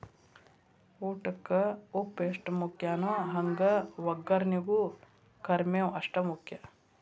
ಊಟಕ್ಕ ಉಪ್ಪು ಎಷ್ಟ ಮುಖ್ಯಾನೋ ಹಂಗ ವಗ್ಗರ್ನಿಗೂ ಕರ್ಮೇವ್ ಅಷ್ಟ ಮುಖ್ಯ